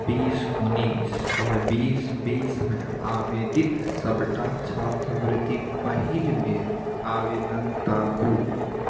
बिस उन्नैस बिस बिस मे आवेदित सबटा छात्रवृति पहिल बेर आवेदन ताकू